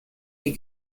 est